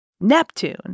Neptune